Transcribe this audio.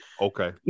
Okay